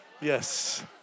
yes